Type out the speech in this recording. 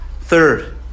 Third